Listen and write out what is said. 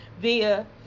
via